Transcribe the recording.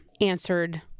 answered